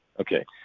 Okay